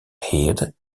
head